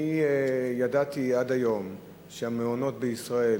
אני ידעתי עד היום שהמעונות בישראל